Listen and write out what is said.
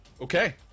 Okay